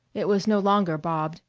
it was no longer bobbed,